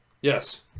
Yes